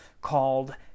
called